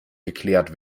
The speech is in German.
geklärt